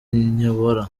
nyobora